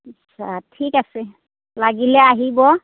আচ্ছা ঠিক আছে লাগিলে আহিব